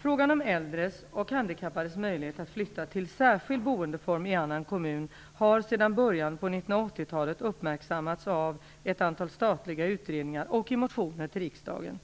Frågan om äldres och handikappades möjlighet att flytta till särskild boendeform i annan kommun har sedan början på 1980-talet uppmärksammats av ett antal statliga utredningar och i motioner till riksdagen.